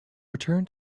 return